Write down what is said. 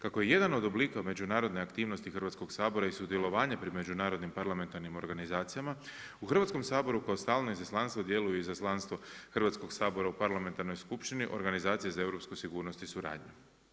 Kako je jedan od oblika međunarodne aktivnosti Hrvatskog sabora i sudjelovanje pri međunarodnim parlamentarnim organizacijama u Hrvatskom saboru kao stalno izaslanstvo djeluje Izaslanstvo Hrvatskog sabora u Parlamentarnoj skupštini organizacije za europsku sigurnost i suradnju.